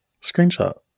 screenshot